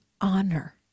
honor